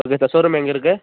show room எங்கேருக்கு